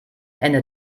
ende